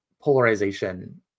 polarization